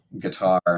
guitar